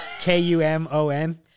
K-U-M-O-N